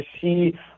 see